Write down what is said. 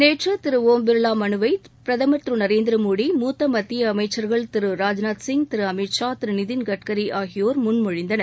நேற்று திரு ஒம் பிர்லா மனுவை பிரதமா் திரு நரேந்திர மோடி மூத்த மத்திய அமைச்சா்கள் திரு ராஜ்நாத் சிங் திரு அமித் ஷா திரு நிதின் கட்கரி ஆகியோர் முன்மொழிந்தனர்